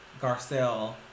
Garcelle